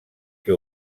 que